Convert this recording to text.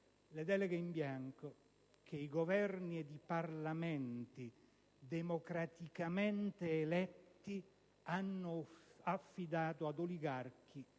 le deleghe in bianco che i Governi ed i Parlamenti democraticamente eletti hanno affidato ad oligarchi